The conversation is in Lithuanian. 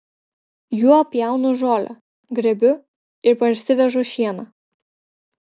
juo pjaunu žolę grėbiu ir parsivežu šieną